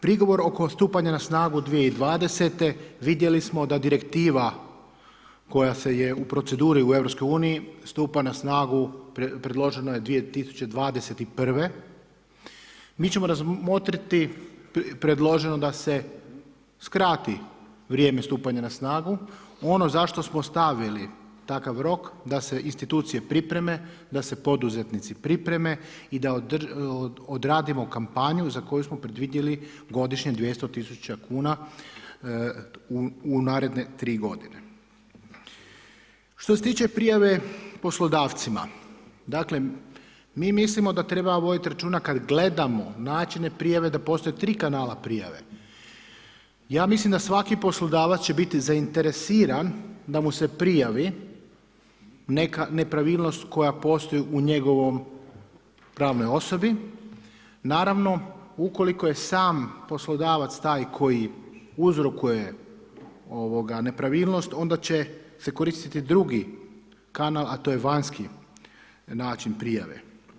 Prigovor oko stupanja na snagu 2020. vidjeli smo da direktiva koja je u proceduri stupa na snagu, predloženo je 2021., mi ćemo razmotriti predloženo da se skrati vrijeme stupanja na snagu, ono za što smo stavili takav rok, da se institucije pripreme, da se poduzetnici pripreme i da odradimo kampanju za koju predvidjeli godišnje 200 000 kn u naredne 3 g. Što se tiče prijave poslodavcima, dakle mi mislimo d treba voditi računa kad gledamo načine prijave da postoje 3 kanala prijave, ja mislim da svaki poslodavac će biti zainteresiran da mu se prijavi neka nepravilnost koja postoji u njegovoj pravnoj osobi, naravno ukoliko je sam poslodavac taj koji uzrokuje nepravilnost onda će se koristiti drugi kanala a to je vanjski način prijave.